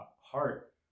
heart